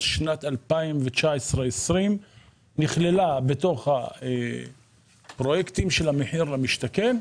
שנת 2020-2019 נכללה בתוך הפרויקטים של המחיר למשתכן.